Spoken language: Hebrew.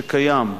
שקיים,